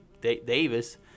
Davis